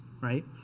right